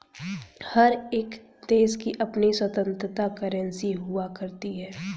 हर एक देश की अपनी स्वतन्त्र करेंसी हुआ करती है